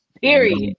Period